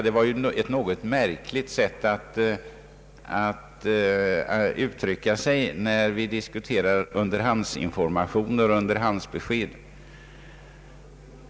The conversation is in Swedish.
Det var ett något märkligt sätt att uttrycka sig, när vi diskuterar underhandsinformationer och underhandsbesked.